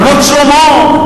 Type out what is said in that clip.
רמת-שלמה.